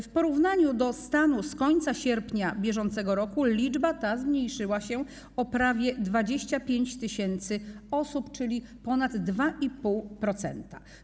W porównaniu ze stanem z końca sierpnia br. liczba ta zmniejszyła się o prawie 25 tys. osób, czyli o ponad 2,5%.